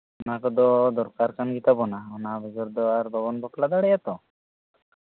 ᱚᱱᱟ ᱠᱚᱫᱚ ᱟᱨ ᱫᱚᱨᱠᱟᱨ ᱜᱮᱛᱟᱵᱚᱱᱟ ᱚᱱᱟ ᱵᱮᱜᱚᱨ ᱟᱨ ᱵᱟᱵᱚᱱ ᱵᱟᱯᱞᱟ ᱫᱟᱲᱮᱭᱟᱜᱼᱟ ᱵᱚᱱ ᱛᱚ